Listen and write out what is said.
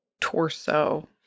torso